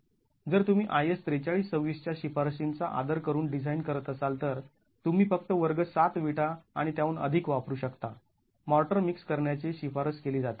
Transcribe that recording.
जर तुम्ही IS ४३२६ च्या शिफारसींचा आदर करून डिझाईन करत असाल तर तुम्ही फक्त वर्ग ७ विटा आणि त्याहून अधिक वापरू शकता मॉर्टर मिक्स करण्याची शिफारस केली जाते